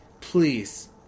Please